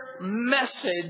message